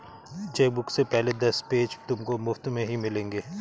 chequebook के पहले दस पेज तुमको मुफ़्त में ही मिलेंगे